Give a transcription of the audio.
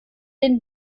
den